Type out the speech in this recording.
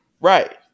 Right